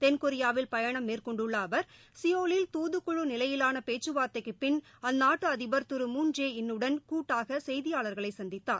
தென்கொரியாவில் பயணம் மேற்கொண்டுள்ள அவர் சியோவில் தூதுக்குழு நிலையிலான பேச்சுவார்த்தைக்கு பின் அந்நாட்டு அதிபர் திரு மூன் ஜே இன் உடன் கூட்டாக செய்தியாளர்களை சந்தித்தார்